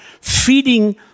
feeding